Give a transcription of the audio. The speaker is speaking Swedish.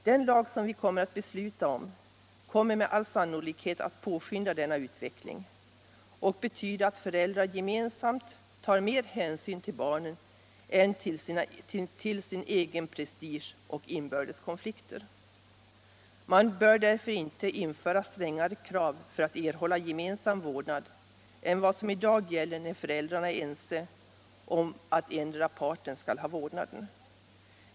Den lag som vi skall besluta om kommer med all sannolikhet att påskynda denna utveckling och kan betyda att föräldrar gemensamt tar mer hänsyn till barnen än till sin egen prestige och sina inbördes konflikter. Man bör därför inte införa strängare krav för att erhålla gemensam vårdnad än vad som i dag gäller när föräldrar är ense om att endera skall ha vårdnaden.